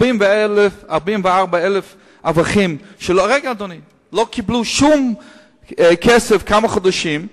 44,000 אברכים לא קיבלו כסף כמה חודשים.